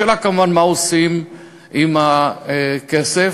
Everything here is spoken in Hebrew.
השאלה כמובן מה עושים עם הכסף.